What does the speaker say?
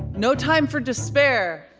no time for despair.